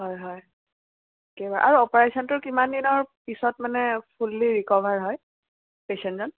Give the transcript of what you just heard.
হয় হয় কিবা আৰু অপাৰেশ্যনটোৰ কিমান দিনৰ পিছত মানে ফুল্লি ৰিকভাৰ হয় পেচেণ্টজন